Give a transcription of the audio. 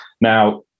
Now